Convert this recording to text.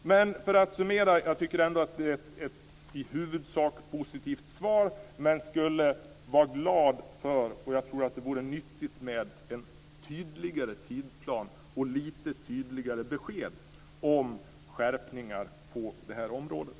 För att summera detta tycker jag att det ändå i huvudsak är ett positivt svar. Jag skulle dock vara glad över, och tror också att det vore nyttigt med, en tydligare tidsplan och lite tydligare besked om skärpningar på området.